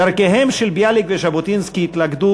דרכיהם של ביאליק וז'בוטינסקי התלכדו